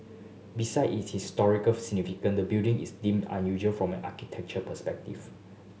beside it is historical significance the building is deemed unusual from an architectural perspective